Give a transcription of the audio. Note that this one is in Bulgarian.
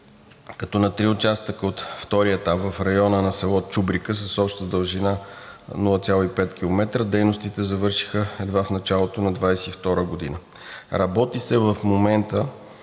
като на три участъка от втория етап в района на село Чубрика с обща дължина 0,5 км дейностите завършиха едва в началото на 2022 г. Работи се в момента